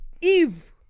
Eve